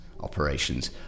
operations